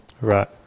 right